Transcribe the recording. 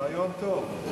רעיון טוב.